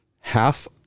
half